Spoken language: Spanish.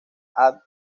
adolf